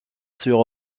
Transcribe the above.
sur